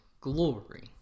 glory